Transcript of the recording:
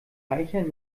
reichern